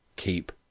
keep.